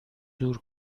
دور